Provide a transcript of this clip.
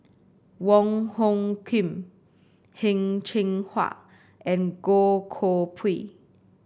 Wong Hung Khim Heng Cheng Hwa and Goh Koh Pui